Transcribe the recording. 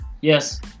Yes